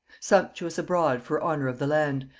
sumptuous abroad for honor of the land,